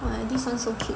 !wah! this one so cute